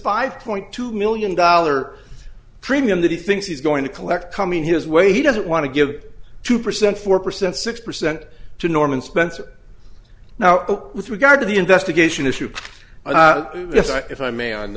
five point two million dollar premium that he thinks he's going to collect coming his way he doesn't want to give two percent four percent six percent to norman spencer now with regard to the investigation issue and if i may on